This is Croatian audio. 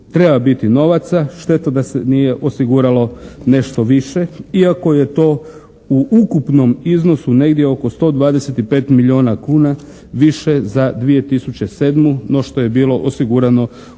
treba biti novaca. Šteta da se nije osiguralo nešto više iako je to u ukupnom iznosu negdje oko 125 milijuna kuna više za 2007. no što je bilo osigurano u